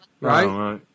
right